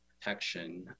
protection